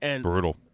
brutal